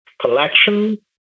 collection